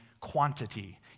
quantity